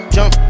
Jump